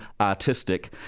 artistic